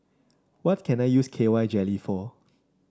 what can I use K Y Jelly for